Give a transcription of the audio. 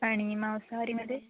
आणि मांसाहारीमध्ये